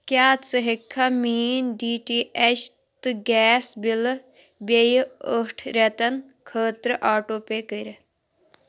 کیٛاہ ژٕ ہیٚککھا میٛٲنۍ ڈی ٹی اٮ۪چ تہٕ گیس بِلہٕ بیٚیہِ ٲٹھ رٮ۪تن خٲطرٕ آٹو پے کٔرِتھ